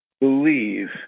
believe